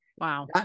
Wow